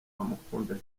amukunda